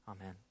Amen